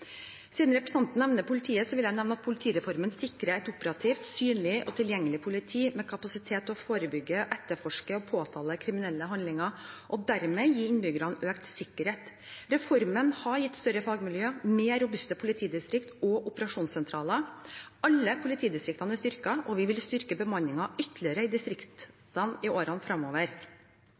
Siden representanten nevner politiet, vil jeg nevne at politireformen sikrer et operativt, synlig og tilgjengelig politi med kapasitet til å forebygge, etterforske og påtale kriminelle handlinger og dermed gi innbyggerne økt sikkerhet. Reformen har gitt større fagmiljøer og mer robuste politidistrikt og operasjonssentraler. Alle politidistriktene er styrket, og vi vil styrke bemanningen ytterligere i distriktene i årene